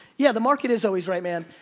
yeah, the market is always right, man.